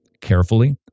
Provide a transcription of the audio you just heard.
carefully